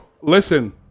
listen